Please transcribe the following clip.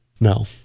No